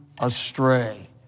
astray